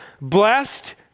blessed